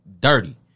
dirty